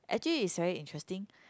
actually is very interesting